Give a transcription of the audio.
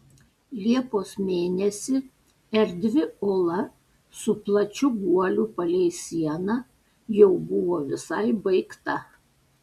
liepos mėnesį erdvi ola su plačiu guoliu palei sieną jau buvo visai baigta